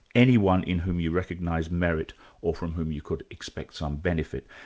anyone in whom you recognise merit or from whom you could expect some benefit.